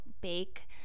bake